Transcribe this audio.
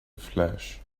flesh